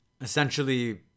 essentially